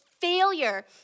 failure